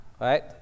right